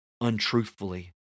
untruthfully